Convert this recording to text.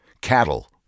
cattle